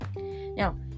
Now